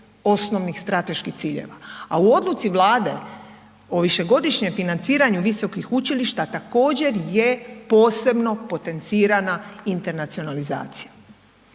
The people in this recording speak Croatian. osnovnih strateških ciljeva, a u odluci Vlade o višegodišnjem financiranju visokih učilišta također je posebno potencirana internacionalizacija.